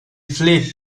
fled